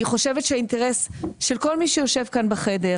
אני חושבת שהאינטרס של כל מי שיושב כאן בחדר,